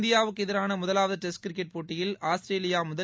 இந்தியாவுக்கு எதிரான முதவாவது டெஸ்ட் கிரிக்கெட் போட்டியில் ஆஸ்திரேலியா முதல்